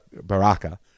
Baraka